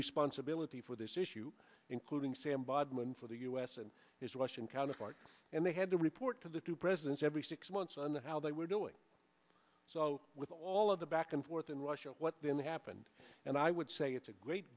responsibility for this issue including sam bodman for the u s and his russian counterpart and they had to report to the two presidents every six months and how they were doing so with all of the back and forth in russia what then happened and i would say it's a great